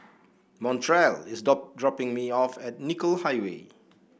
Montrell is dropping me off at Nicoll Highway